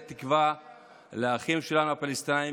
הגיע הזמן לתת תקווה לאחים שלנו הפלסטינים,